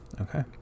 okay